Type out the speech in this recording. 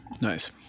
Nice